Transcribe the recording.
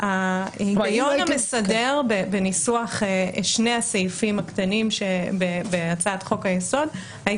ההיגיון המסדר בניסוח שני הסעיפים הקטנים שבהצעת חוק היסוד היה